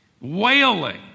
wailing